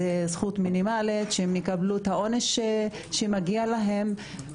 זו זכות מינימלית שהם יקבלו את העונש שמגיע להם.